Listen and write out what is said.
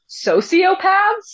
Sociopaths